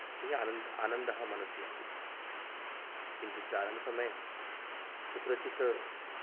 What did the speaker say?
यतो हि आनन्दः आनन्दः मनसि आसीत् किन्तु चारणसमये कुत्रचित्